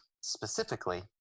specifically